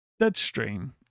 Deadstream